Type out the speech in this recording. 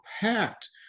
packed